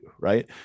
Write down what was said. right